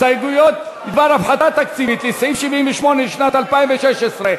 הסתייגויות בדבר הפחתה תקציבית לסעיף 78 לשנת 2016,